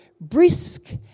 brisk